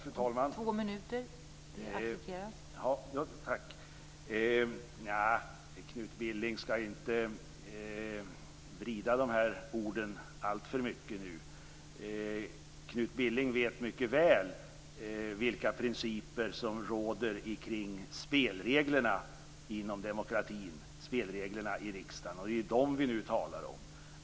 Fru talman! Knut Billing skall inte vrida de här orden alltför mycket nu. Knut Billing vet mycket väl vilka principer som råder när det gäller spelreglerna kring demokratin och i riksdagen. Det är dem vi nu talar om.